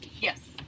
Yes